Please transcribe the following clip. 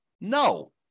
No